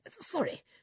Sorry